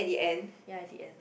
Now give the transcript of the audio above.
ya at the end